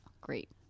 Great